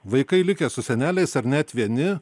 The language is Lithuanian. vaikai likę su seneliais ar net vieni